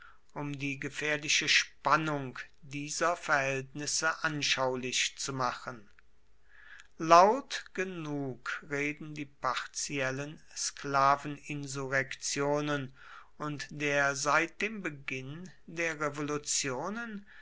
um die gefährliche spannung dieser verhältnisse anschaulich zu machen laut genug reden die partiellen sklaveninsurrektionen und der seit dem beginn der revolutionen